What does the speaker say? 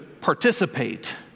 participate